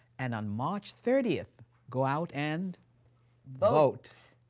and on march thirtieth, go out and vote.